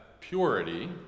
purity